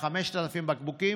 5,000 בקבוקים,